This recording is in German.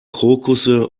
krokusse